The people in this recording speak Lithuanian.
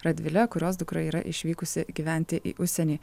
radvile kurios dukra yra išvykusi gyventi į užsienį